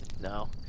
No